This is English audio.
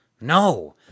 No